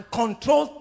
control